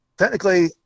Technically